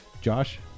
Josh